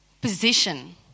position